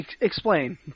explain